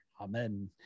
Amen